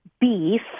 beef